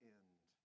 end